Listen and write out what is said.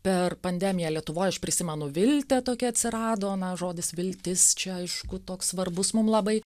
per pandemiją lietuvoj aš prisimenu viltė tokia atsirado na žodis viltis čia aišku toks svarbus mum labai